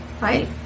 right